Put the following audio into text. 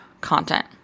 content